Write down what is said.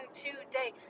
today